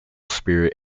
spirit